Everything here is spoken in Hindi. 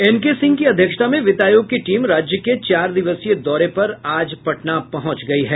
एन के सिंह की अध्यक्षता में वित्त आयोग की टीम राज्य के चार दिवसीय दौरे पर आज पटना पहुंच गयी है